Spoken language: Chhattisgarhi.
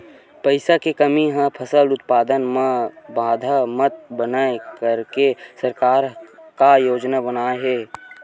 पईसा के कमी हा फसल उत्पादन मा बाधा मत बनाए करके सरकार का योजना बनाए हे?